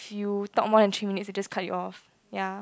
you talk more than three minutes it'll just cut you off ya